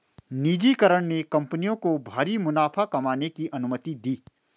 निजीकरण ने कंपनियों को भारी मुनाफा कमाने की अनुमति दी